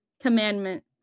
commandment